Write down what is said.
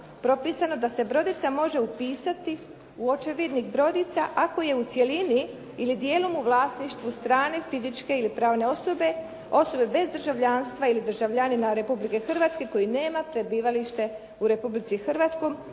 propisano da se brodica može upisati u očevidnik brodica, ako je u cjelini ili djelom u vlasništvu strane fizičke ili pravne osobe, osobe bez državljanstva ili državljanina Republike Hrvatske koji nema prebivalište u Republici Hrvatskoj,